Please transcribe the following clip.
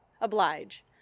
oblige